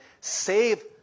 Save